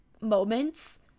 moments